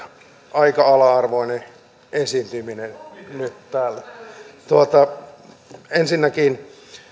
aika ala arvoinen esiintyminen nyt täällä ensinnäkin